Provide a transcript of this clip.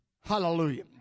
Hallelujah